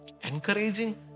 encouraging